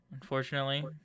Unfortunately